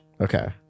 Okay